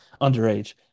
underage